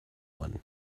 one